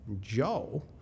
Joe